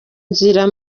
nzira